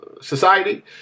society